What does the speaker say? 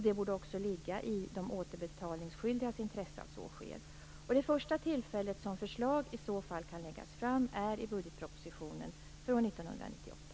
Det borde också ligga i de återbetalningsskyldigas intresse att så sker. Det första tillfället som förslag i så fall kan läggas fram vid är i budgetpropositionen för år 1998.